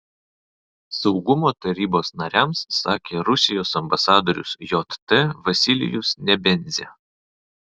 saugumo tarybos nariams sakė rusijos ambasadorius jt vasilijus nebenzia